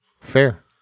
fair